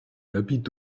habite